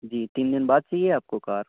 جی تین دِن بعد چاہیے آپ کو کار